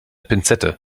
pinzette